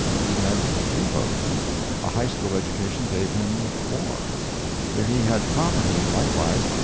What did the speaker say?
he had two votes a high-school education gave him four if he had property likewise,